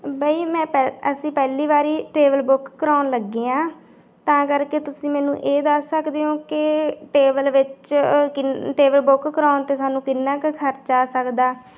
ਬਈ ਮੈਂ ਪ ਅਸੀਂ ਪਹਿਲੀ ਵਾਰੀ ਟੇਬਲ ਬੁੱਕ ਕਰਾਉਣ ਲੱਗੇ ਹਾਂ ਤਾਂ ਕਰਕੇ ਤੁਸੀਂ ਮੈਨੂੰ ਇਹ ਦੱਸ ਸਕਦੇ ਹੋ ਕਿ ਟੇਬਲ ਵਿੱਚ ਕਿਨ ਟੇਬਲ ਬੁੱਕ ਕਰਾਉਣ 'ਤੇ ਸਾਨੂੰ ਕਿੰਨਾ ਕੁ ਖਰਚਾ ਆ ਸਕਦਾ